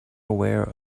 aware